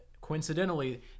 coincidentally